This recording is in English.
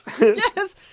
yes